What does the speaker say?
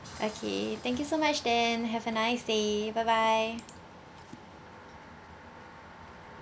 okay thank you so much then have a nice day bye bye